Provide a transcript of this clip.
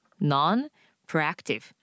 non-proactive